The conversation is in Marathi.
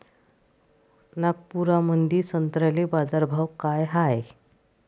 नागपुरामंदी संत्र्याले बाजारभाव काय हाय?